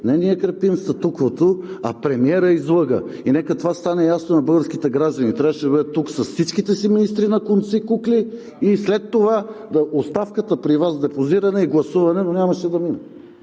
не ние крепим статуквото, а премиерът излъга! И нека това стане ясно на българските граждани. Трябваше да бъде тук с всичките си министри – на конци кукли, и след това оставката при Вас депозирана и гласувана, но нямаше да мине.